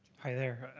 hi there.